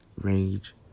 rage